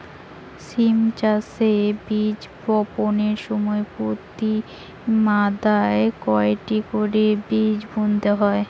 সিম চাষে বীজ বপনের সময় প্রতি মাদায় কয়টি করে বীজ বুনতে হয়?